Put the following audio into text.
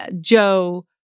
Joe